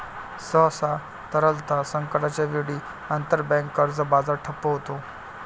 सहसा, तरलता संकटाच्या वेळी, आंतरबँक कर्ज बाजार ठप्प होतो